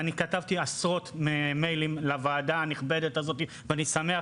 ואני כתבתי עשרות מיילים לוועדה הנכבדת הזאת ואני שמח